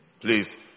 please